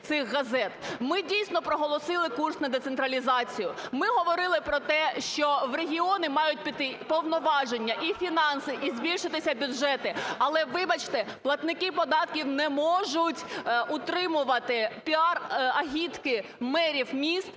Ми дійсно проголосили курс на децентралізацію, ми говорили про те, що в регіони мають піти повноваження і фінанси, і збільшитися бюджети, але, вибачте, платники податків не можуть утримувати піар-агітки мерів міст